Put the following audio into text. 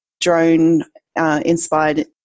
drone-inspired